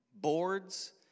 boards